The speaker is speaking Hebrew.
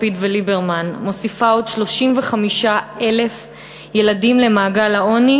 לפיד וליברמן מוסיפה עוד 35,000 ילדים למעגל העוני